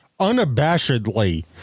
unabashedly